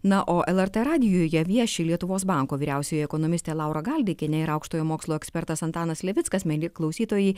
na o lrt radijuje vieši lietuvos banko vyriausioji ekonomistė laura galdikienė ir aukštojo mokslo ekspertas antanas levickas mieli klausytojai